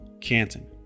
Canton